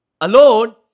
alone